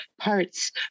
parts